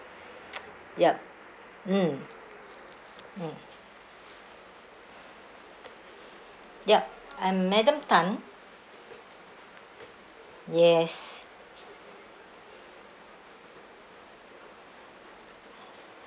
yup mm mm yup I'm madam tan yes